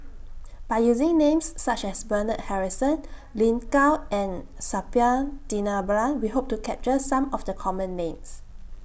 By using Names such as Bernard Harrison Lin Gao and Suppiah Dhanabalan We Hope to capture Some of The Common Names